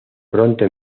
pronto